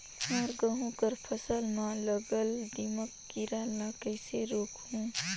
मोर गहूं कर फसल म लगल दीमक कीरा ला कइसन रोकहू?